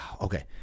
Okay